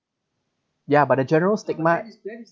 ya but the general stigma